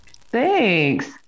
Thanks